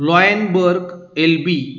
Lionberg L B